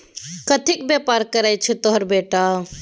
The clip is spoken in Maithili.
कथीक बेपार करय छौ तोहर बेटा?